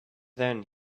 then